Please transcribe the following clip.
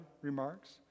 remarks